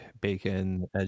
bacon